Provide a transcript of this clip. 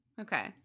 okay